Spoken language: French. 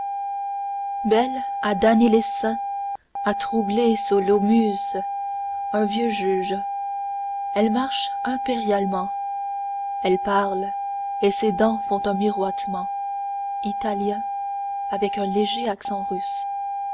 belle à damner les saints à troubler sous l'aumusse un vieux juge elle marche impérialement elle parle et ses dents font un miroitement-italien avec un léger accent russe